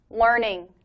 learning